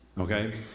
okay